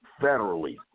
federally